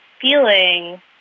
feeling